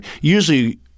usually